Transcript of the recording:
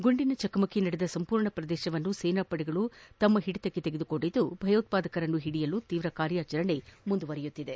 ಗುಂಡಿನ ಚಕಮಕಿ ನಡೆದ ಸಂಪೂರ್ಣ ಪ್ರದೇಶವನ್ನು ಸೇನಾಪಡೆಗಳು ತಮ್ಮ ಹಿಡಿತಕ್ಕೆ ತೆಗೆದುಕೊಂಡಿದ್ದು ಭಯೋತ್ಪಾದಕರನ್ನು ಮಟ್ಟಹಾಕಲು ತೀವ ಕಾರ್ಯಾಚರಣೆ ನಡೆಸುತ್ತಿದ್ದಾರೆ